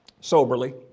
Soberly